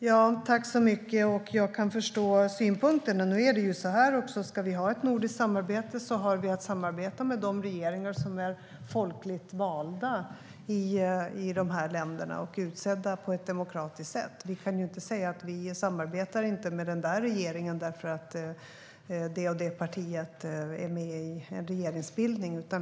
Herr talman! Jag kan förstå synpunkten. Om vi ska ha ett nordiskt samarbete har vi att samarbeta med de regeringar som är folkligt valda i de länderna och utsedda på demokratisk grund. Vi kan inte säga att vi inte samarbetar med en regering därför att det och det partiet är med i regeringen.